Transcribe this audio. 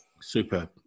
Super